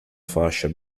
fascia